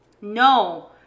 No